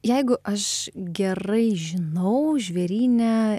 jeigu aš gerai žinau žvėryne